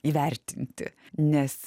įvertinti nes